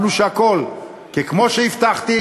שמעתי בקשב רב, ואני גם שותף, באופן מפתיע,